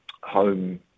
home